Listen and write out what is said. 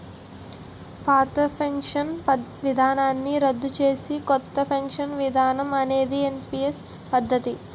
పాత పెన్షన్ విధానాన్ని రద్దు చేసి కొత్త పెన్షన్ విధానం అనేది ఎన్పీఎస్ పద్ధతి